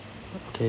okay